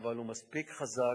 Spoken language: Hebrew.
אבל הוא מספיק חזק